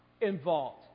involved